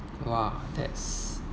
!wah! that's